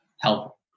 help